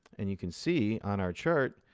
and you can see on our chart,